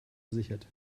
gesichert